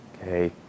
okay